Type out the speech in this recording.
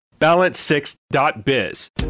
Balance6.biz